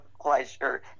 pleasure